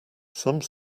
some